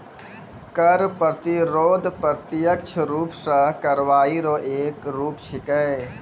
कर प्रतिरोध प्रत्यक्ष रूप सं कार्रवाई रो एक रूप छिकै